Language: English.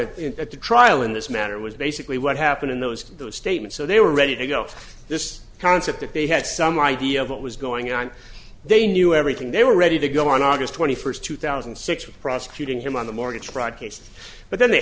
happened at the trial in this matter was basically what happened in those two statements so they were ready to go this concept that they had some idea of what was going on they knew everything they were ready to go on august twenty first two thousand and six prosecuting him on the mortgage fraud case but then they